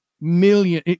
million